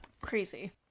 crazy